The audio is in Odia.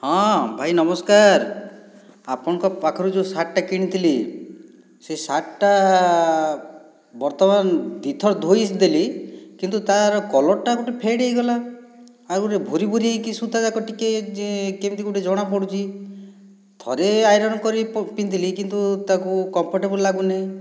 ହଁ ଭାଇ ନମସ୍କାର ଆପଣଙ୍କ ପାଖରୁ ଯେଉଁ ଶାର୍ଟଟା କିଣିଥିଲି ସେଇ ଶାର୍ଟଟା ବର୍ତ୍ତମାନ ଦୁଇଥର ଧୋଇଦେଲି କିନ୍ତୁ ତା'ର କଲର୍ଟା ଗୋଟିଏ ଫେଡ୍ ହୋଇଗଲା ଆଉ ଗୋଟିଏ ଭୂରି ଭୂରି ହୋଇକି ସୂତା ଯାକ ଟିକିଏ ଯେ କେମିତି ଗୋଟିଏ ଜଣାପଡ଼ୁଛି ଥରେ ଆଇରନ୍ କରି ପିନ୍ଧିଲି କିନ୍ତୁ ତାକୁ କମ୍ଫର୍ଟେବୁଲ ଲାଗୁ ନାହିଁ